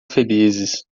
felizes